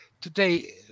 today